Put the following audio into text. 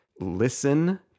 listen